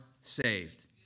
saved